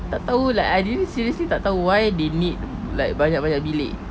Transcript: tak tahu like I really seriously tak tahu why they need like banyak banyak bilik